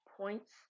points